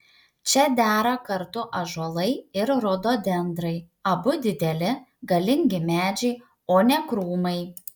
čia dera kartu ąžuolai ir rododendrai abu dideli galingi medžiai o ne krūmai